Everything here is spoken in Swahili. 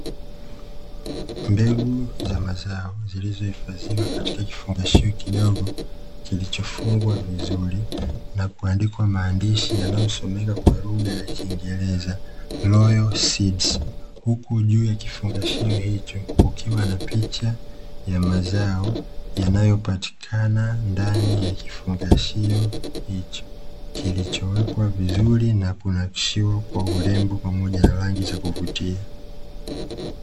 Mbegu za mazao zilizohifadhiwa katika kifungashio kidogo kilichofungwa vizuri na kuandikwa maandishi yanayosomeka kwa lugha ya kiingereza "royal seeds", huku juu ya kifungashio hicho ukiwa na picha ya mazao yanayopatikana ndani ya kifungashio hicho kilichowekwa vizuri na kupambwa kwa urembo pamoja na rangi za kuvutia.